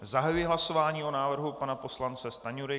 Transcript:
Zahajuji hlasování o návrhu pana poslance Stanjury.